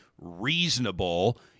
reasonable